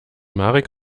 marek